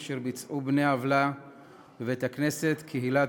אשר ביצעו בני-עוולה בבית-הכנסת "קהילת